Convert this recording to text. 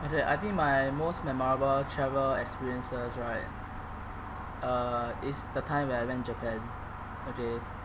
okay I think my most memorable travel experiences right uh is the time when I went japan okay